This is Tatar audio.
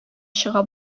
чыга